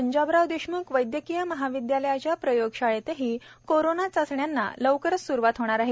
पंजाबराव देशम्ख वैदयकीय महाविद्यालयाच्या प्रयोगशाळेतही कोरोना चाचण्यांना लवकरच स्रुवात होणार आहे